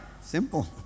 Simple